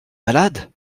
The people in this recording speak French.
malade